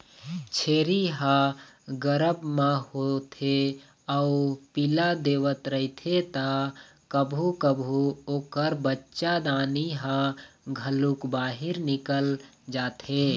छेरी ह गरभ म होथे अउ पिला देवत रहिथे त कभू कभू ओखर बच्चादानी ह घलोक बाहिर निकल जाथे